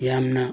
ꯌꯥꯝꯅ